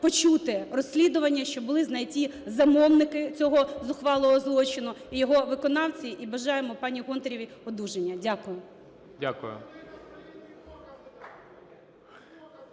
почути розслідування, щоб були знайдені замовники цього зухвалого злочину і його виконавці. І бажаємо пані Гонтаревій одужання. Дякую.